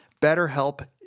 BetterHelp